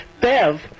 Bev